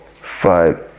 five